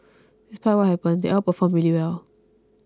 despite what happened they all performed really well